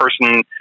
person